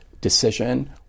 decision